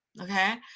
okay